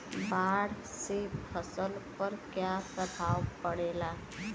बाढ़ से फसल पर क्या प्रभाव पड़ेला?